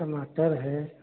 टमाटर है